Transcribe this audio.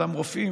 אותם רופאים,